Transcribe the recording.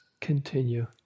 continue